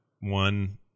one